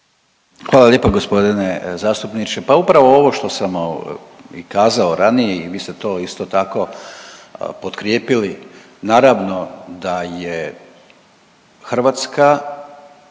Hvala lijepo gospodine zastupniče. Pa upravo ovo što sam i kazao ranije i vi ste to isto tako potkrijepili, naravno da je Hrvatska